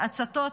הצתות,